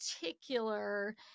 particular